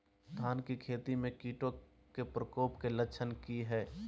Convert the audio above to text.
धान की खेती में कीटों के प्रकोप के लक्षण कि हैय?